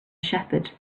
shepherd